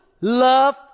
love